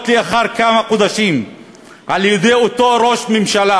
לאחר כמה חודשים על-ידי אותו ראש ממשלה,